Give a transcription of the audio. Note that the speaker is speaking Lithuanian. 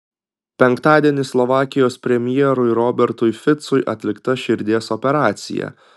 penktadienį slovakijos premjerui robertui ficui atlikta širdies operacija